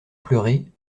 pleurer